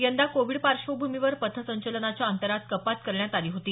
यंदा कोविड पार्श्वभूमीवर पथसंचलनाच्या अंतरात कपात करण्यात आली होती